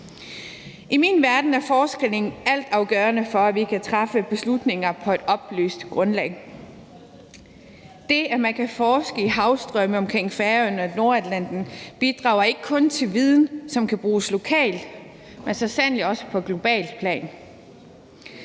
I min verden er forskning altafgørende for, at vi kan træffe beslutninger på et oplyst grundlag. Det, at man kan forske i havstrømme omkring Færøerne og i Nordatlanten, bidrager ikke kun til viden, som kan bruges lokalt, men så sandelig også på globalt plan.